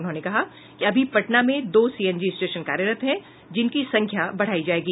उन्होंने कहा कि अभी पटना में दो सीएनजी स्टेशन कार्यरत है जिनकी संख्या बढ़ायी जायेगी